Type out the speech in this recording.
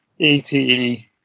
ETE